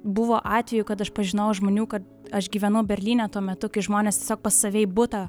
buvo atvejų kad aš pažinojau žmonių kad aš gyvenau berlyne tuo metu kai žmonės tiesiog pas save į butą